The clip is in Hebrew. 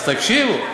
אז תקשיבו.